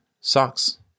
socks